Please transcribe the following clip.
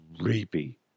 Creepy